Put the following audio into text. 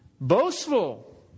boastful